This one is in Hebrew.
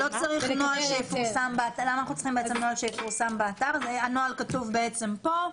אנחנו צריכים נוהל שיפורסם באתר והנוהל כתוב כאן.